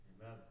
Amen